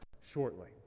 shortly